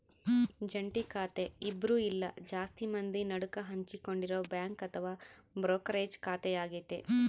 ಜಂಟಿ ಖಾತೆ ಇಬ್ರು ಇಲ್ಲ ಜಾಸ್ತಿ ಮಂದಿ ನಡುಕ ಹಂಚಿಕೊಂಡಿರೊ ಬ್ಯಾಂಕ್ ಅಥವಾ ಬ್ರೋಕರೇಜ್ ಖಾತೆಯಾಗತೆ